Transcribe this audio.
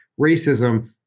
racism